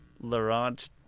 Laurent